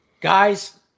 guys